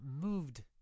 moved